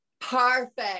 perfect